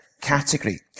category